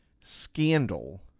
Scandal